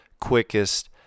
quickest